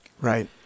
Right